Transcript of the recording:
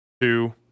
two